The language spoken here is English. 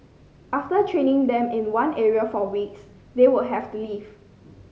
after training them in one area for weeks they will have to leave